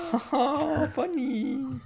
Funny